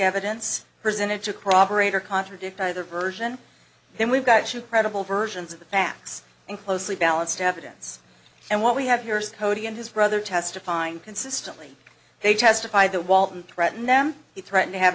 evidence presented to corroborate or contradict either version then we've got you credible versions of the facts in closely balanced evidence and what we have here is cody and his brother testifying consistently they testify that walton threatened them he threatened to have